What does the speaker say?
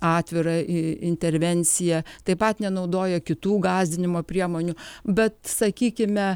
atvira intervencija taip pat nenaudoja kitų gąsdinimo priemonių bet sakykime